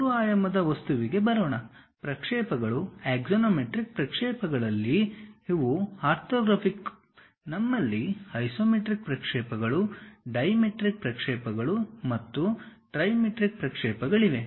ಮೂರು ಆಯಾಮದ ವಸ್ತುವಿಗೆ ಬರೋಣ ಪ್ರಕ್ಷೇಪಗಳು ಆಕ್ಸಾನೊಮೆಟ್ರಿಕ್ ಪ್ರಕ್ಷೇಪಗಳಲ್ಲಿ ಇವು ಆರ್ಥೋಗ್ರಾಫಿಕ್ ನಮ್ಮಲ್ಲಿ ಐಸೊಮೆಟ್ರಿಕ್ ಪ್ರಕ್ಷೇಪಗಳು ಡೈಮೆಟ್ರಿಕ್ ಪ್ರಕ್ಷೇಪಗಳು ಮತ್ತು ಟ್ರಿಮೆಟ್ರಿಕ್ ಪ್ರಕ್ಷೇಪಗಳಿವೆ